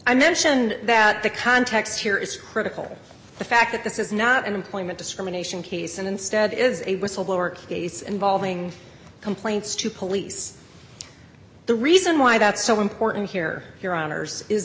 i mentioned that the context here is critical the fact that this is not an employment discrimination case and instead is a whistleblower case involving complaints to police the reason why that's so important here